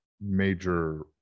major